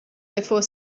before